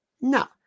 No